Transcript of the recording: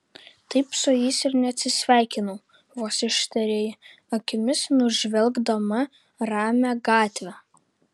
taip su jais ir neatsisveikinau vos ištarė ji akimis nužvelgdama ramią gatvę